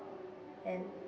and